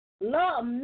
love